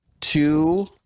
two